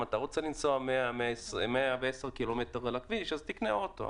אם אתה רוצה לנסוע 110 קמ"ש על הכביש אז תקנה אוטו,